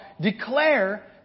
declare